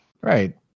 right